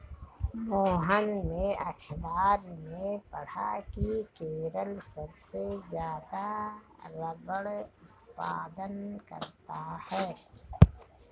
महेश ने अखबार में पढ़ा की केरल सबसे ज्यादा रबड़ उत्पादन करता है